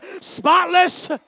spotless